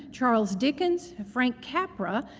charles dickens, frank capra,